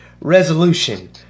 resolution